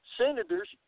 Senators